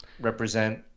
represent